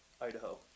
Idaho